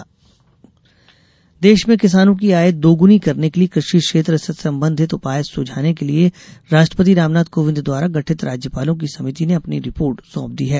समिति रिपोर्ट देश में किसानों की आय दोगुनी करने के लिए कृषि क्षेत्र से संबंधित उपाय सुझाने के लिए राष्ट्रपति रामनाथ कोविंद द्वारा गठित राज्यपालों की समिति ने अपनी रिपोर्ट सौंप दी है